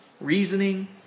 reasoning